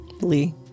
Lee